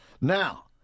Now